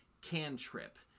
Cantrip